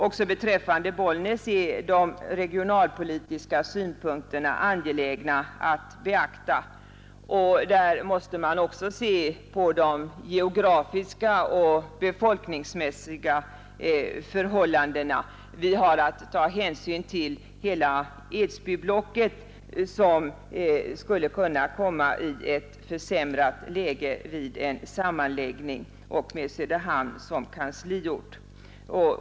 Också beträffande Bollnäs är de regionalpolitiska synpunkterna angelägna att beakta. Man måste även beakta de geografiska och befolkningsmässiga förhållandena. Vi har att ta hänsyn till hela Edsbyblocket, som skulle kunna komma i en försämrad situation vid en sammanläggning, där Söderhamn blir kansliort.